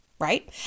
Right